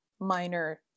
minor